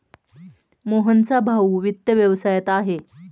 मोहनचा भाऊ वित्त व्यवसायात आहे